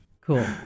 Cool